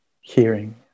hearing